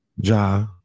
Ja